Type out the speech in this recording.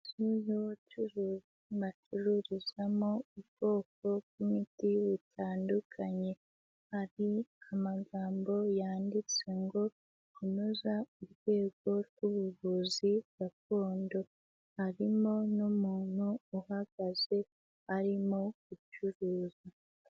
Ahantu bacururizamo ubwoko bw'imiti butandukanye. Hari amagambo yanditse ngo: Kunoza urwego rw'ubuvuzi gakondo. Harimo n'umuntu uhagaze arimo gucuruza.